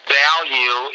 value